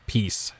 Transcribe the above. Peace